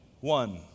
One